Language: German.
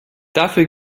dafür